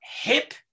hip